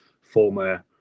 former